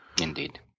Indeed